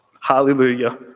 hallelujah